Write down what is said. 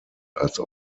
als